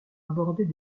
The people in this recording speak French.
aborder